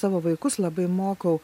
savo vaikus labai mokau